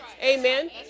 Amen